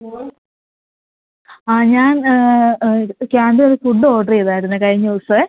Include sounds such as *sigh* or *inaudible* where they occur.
hello ആ ഞാൻ ഞാൻ *unintelligible* ഫുഡ്ഡ് ഓർഡറ് ചെയ്ത് ആയിരുന്നു കഴിഞ്ഞ ദിവസം